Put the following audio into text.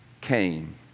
came